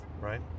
right